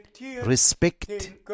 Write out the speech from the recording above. respect